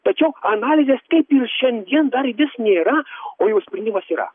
tačiau analizės taip ir šiandien dar vis nėra o jau sprendimas yra